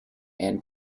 and